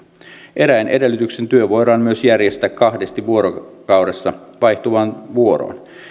eräin edellytyksin työ voidaan myös järjestää kahdesti vuorokaudessa vaihtuvaan vuoroon